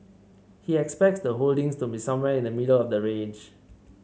he expects the holdings to be somewhere in the middle of the range